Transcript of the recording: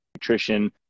nutrition